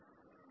dlE